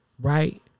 right